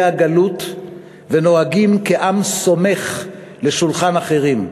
הגלות ונוהגים כעם סמוך לשולחן אחרים.